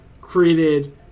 created